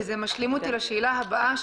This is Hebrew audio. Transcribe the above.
זה משלים לשאלה הבאה,